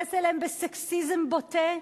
שמתייחס אליהן בסקסיזם בוטה?